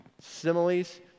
Similes